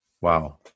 Wow